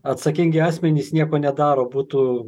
atsakingi asmenys nieko nedaro būtų